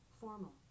formal